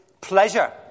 pleasure